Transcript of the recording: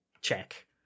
check